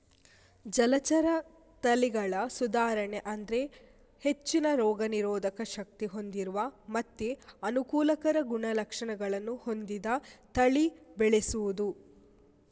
ಜಲಚರ ತಳಿಗಳ ಸುಧಾರಣೆ ಅಂದ್ರೆ ಹೆಚ್ಚಿನ ರೋಗ ನಿರೋಧಕ ಶಕ್ತಿ ಹೊಂದಿರುವ ಮತ್ತೆ ಅನುಕೂಲಕರ ಗುಣಲಕ್ಷಣ ಹೊಂದಿದ ತಳಿ ಬೆಳೆಸುದು